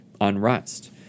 unrest